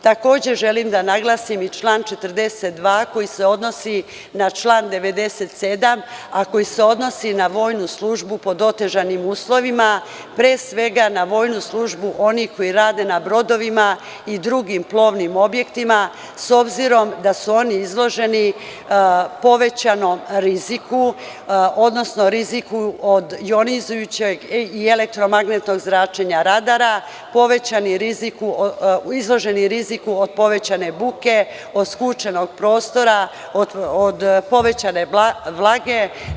Takođe želim da naglasim i član 42, koji se odnosi na član 97, a koji se odnosi na vojnu službu pod otežanim uslovima, pre svega na vojnu službu onih koji rade na brodovima i drugim plovnim objektima, s obzirom da su oni izloženi povećanom riziku, odnosno riziku od jonizujućeg i elektromagnetnog zračenja radara, izloženi riziku od povećane buke, od skučenog prostora, od povećane vlage.